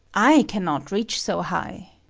i cannot reach so high.